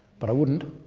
but i wouldn't.